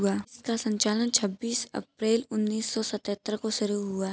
इसका संचालन छब्बीस अप्रैल उन्नीस सौ सत्तर को शुरू हुआ